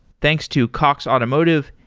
thanks to cox automotive,